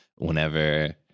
whenever